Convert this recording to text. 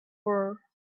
were